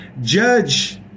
Judge